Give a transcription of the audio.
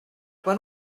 quan